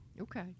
Okay